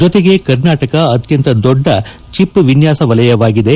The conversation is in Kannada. ಜೊತೆಗೆ ಕರ್ನಾಟಕ ಅತ್ಯಂತ ದೊಡ್ಡ ಚಿಪ್ ವಿನ್ನಾಸ ವಲಯವಾಗಿದೆ